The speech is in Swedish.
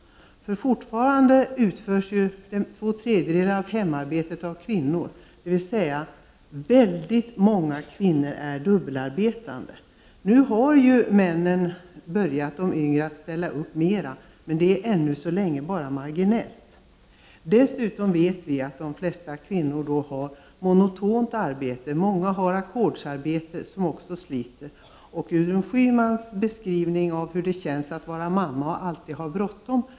Fortfarande utförs två tredjedelar av hemarbetet av kvinnor, vilket betyder att väldigt många kvinnor är dubbelarbetande. De yngre männen har ju nu börjat ställa upp mera, men ännu så länge bara marginellt. Dessutom vet vi att de flesta kvinnor har monotont arbete. Många har ackordsarbete, som sliter hårt. Jag känner igen Gudrun Schymans beskrivning av hur det känns att vara mamma och alltid ha bråttom.